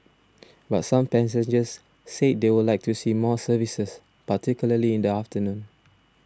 but some passengers said they would like to see more services particularly in the afternoon